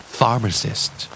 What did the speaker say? Pharmacist